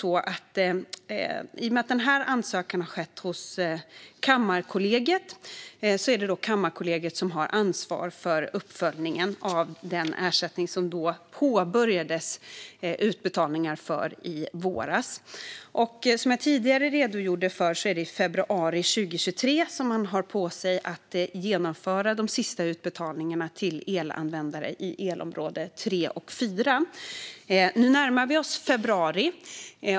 I och med att den ansökan har skett till Kammarkollegiet är det Kammarkollegiet som har ansvar för uppföljningen av den ersättning för vilken utbetalningar påbörjades i våras. Som jag tidigare redogjorde för har man februari 2023 på sig att genomföra de sista utbetalningarna till elanvändare i elområde 3 och 4. Nu närmar vi oss februari.